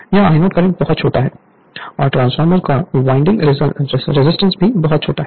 यह I0 current बहुत छोटा है और ट्रांसफार्मर का वाइंडिंग रेजिस्टेंस भी बहुत छोटा है